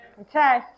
Okay